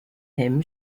him